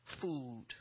food